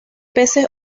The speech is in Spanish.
peces